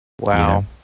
Wow